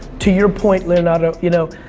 to your point, leonardo, you know,